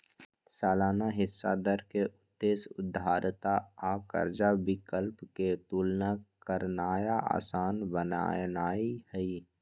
सालाना हिस्सा दर के उद्देश्य उधारदाता आ कर्जा विकल्प के तुलना करनाइ असान बनेनाइ हइ